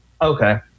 Okay